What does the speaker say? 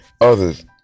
others